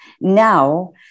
now